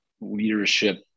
leadership